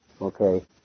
Okay